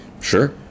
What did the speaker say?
sure